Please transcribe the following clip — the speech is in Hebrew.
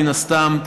מן הסתם,